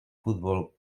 football